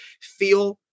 feel